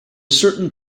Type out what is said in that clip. certain